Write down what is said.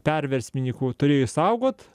perversmininkų turėjo išsaugot